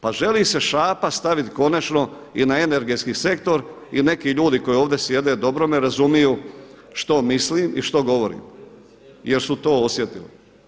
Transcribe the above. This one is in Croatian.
Pa želi se šapa stavit konačno i na energetski sektor i neki ljudi koji ovdje sjede dobro me razumiju što mislim i što govorim, jer su to osjetili.